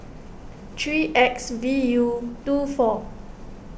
three X V U two four